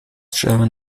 german